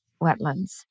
wetlands